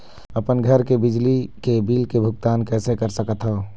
अपन घर के बिजली के बिल के भुगतान कैसे कर सकत हव?